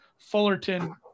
Fullerton